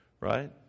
right